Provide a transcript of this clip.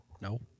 No